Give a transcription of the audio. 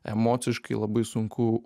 emociškai labai sunku